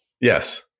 Yes